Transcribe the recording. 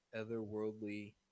otherworldly